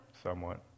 Somewhat